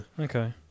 Okay